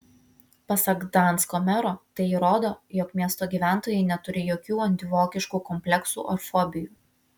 pasak gdansko mero tai įrodo jog miesto gyventojai neturi jokių antivokiškų kompleksų ar fobijų